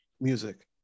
music